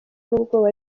n’ubwoba